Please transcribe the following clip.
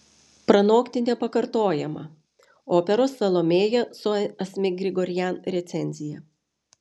pranokti nepakartojamą operos salomėja su asmik grigorian recenzija